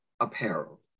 apparel